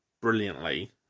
brilliantly